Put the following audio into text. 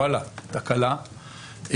תקלה,